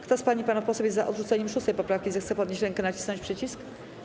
Kto z pań i panów posłów jest za odrzuceniem 6. poprawki, zechce podnieść rękę i nacisnąć przycisk.